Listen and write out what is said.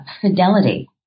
fidelity